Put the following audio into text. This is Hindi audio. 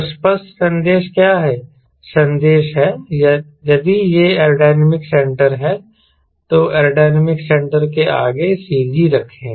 तो स्पष्ट संदेश क्या है संदेश है यदि यह एयरोडायनेमिक सेंटर है तो एयरोडायनेमिक सेंटर के आगे CG रखें